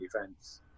events